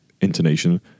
intonation